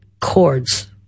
chords